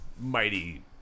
mighty